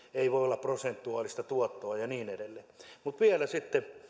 ei voi olla prosentuaalista tuottoa ja niin edelleen mutta vielä